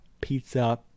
Pizza